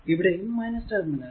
ഇവിടെയും ടെർമിനൽ